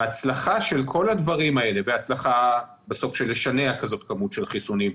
ההצלחה של כל הדברים האלה וההצלחה בסוף לשנע כמות כזאת של חיסונים,